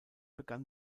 begann